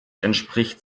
entspricht